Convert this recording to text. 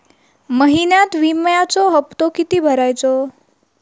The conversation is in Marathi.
महिन्यात विम्याचो हप्तो किती भरायचो?